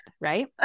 right